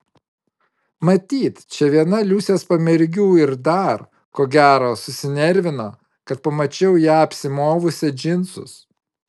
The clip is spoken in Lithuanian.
matyt čia viena liusės pamergių ir dar ko gero susinervino kad pamačiau ją apsimovusią džinsus